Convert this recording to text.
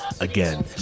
Again